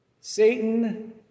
Satan